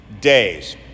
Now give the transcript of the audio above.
days